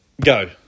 Go